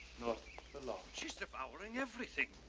not for long. she's devouring everything,